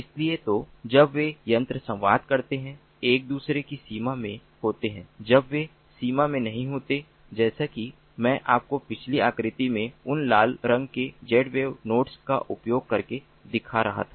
इसलिए तो जब वे यंत्र संवाद करते हैं एक दूसरे की सीमा में होते हैं जब वे सीमा में नहीं होते हैं जैसा कि मैं आपको पिछली आकृति में उन लाल रंग के Zwave नोड्स का उपयोग करके दिखा रहा था